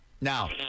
Now